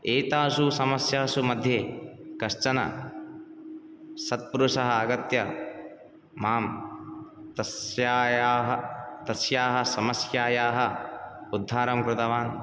एतासु समस्यासु मध्ये कश्चन सत्पुरुषः आगत्य मां तस्यायाः तस्याः समस्यायाः उत्थानं कृतवान्